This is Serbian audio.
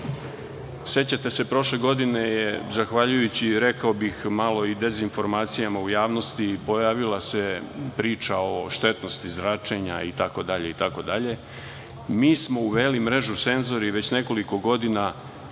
Sećate se prošle godine je zahvaljujući, rekao bih, malo i dezinformacijama u javnosti pojavila se priča o štetnosti zračenja itd. Mi smo uveli mrežu senzora i već nekoliko godina